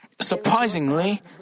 surprisingly